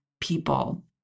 people